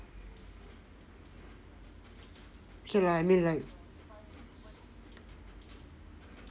okay lah I mean like